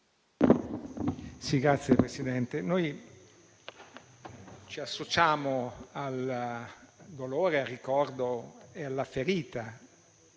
Signor Presidente, ci associamo al dolore, al ricordo e alla ferita